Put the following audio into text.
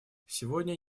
сегодня